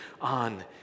on